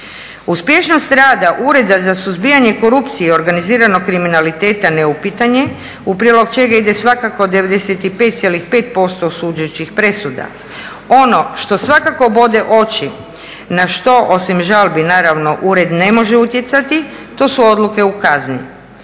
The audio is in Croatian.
Uspješnost rada Ureda za suzbijanje korupcije organiziranog kriminaliteta neupitan je u prilog čega ide svakako 95,5% suđećih presuda. Ono što svakako bode oči, na što osim žalbi, naravno, ured ne može utjecati, to su odluke u kazni.